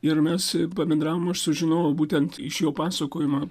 ir mes pabendravom aš sužinojau būtent iš jo pasakojimo